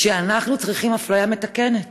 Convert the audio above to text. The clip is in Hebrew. שאנחנו צריכים אפליה מתקנת?